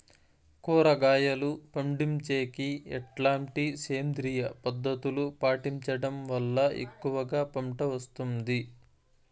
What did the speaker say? కూరగాయలు పండించేకి ఎట్లాంటి సేంద్రియ పద్ధతులు పాటించడం వల్ల ఎక్కువగా పంట వస్తుంది?